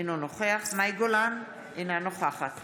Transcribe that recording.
אינו נוכח מאי גולן, אינה נוכחת